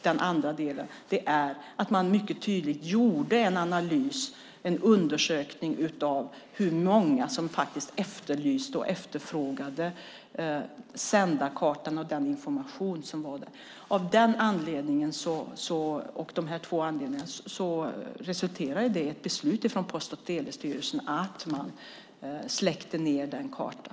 Den andra delen är att man gjorde en mycket tydlig analys, en undersökning av hur många som faktiskt efterlyste och efterfrågade Sändarkartan och den information som fanns där. De här två anledningarna resulterade i ett beslut från Post och telestyrelsen att släcka ned den kartan.